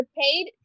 paid